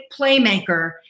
playmaker